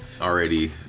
already